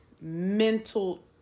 mental